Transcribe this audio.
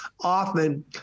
often